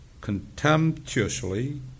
contemptuously